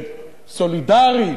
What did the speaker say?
סולידרית,